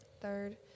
third